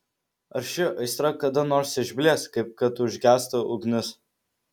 ar ši aistra kada nors išblės kaip kad užgęsta ugnis